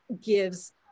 gives